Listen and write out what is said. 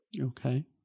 Okay